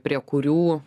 prie kurių